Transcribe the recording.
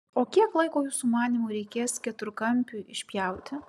o kiek laiko jūsų manymu reikės keturkampiui išpjauti